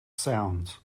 sounds